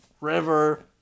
River